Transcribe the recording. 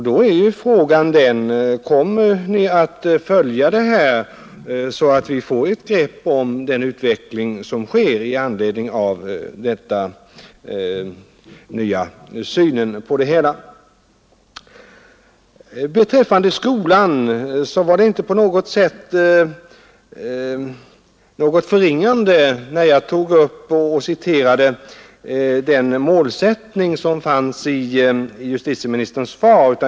Då blir frågan: Kommer ni att följa den här saken, så att vi får ett grepp om den utveckling som äger rum med anledning av den nya synen? 117 att nedbringa brottsligheten Beträffande skolan vill jag säga att det inte på något sätt var fråga om ett förringande när jag tog upp den målsättning som återfinns i justitieministerns svar.